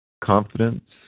Confidence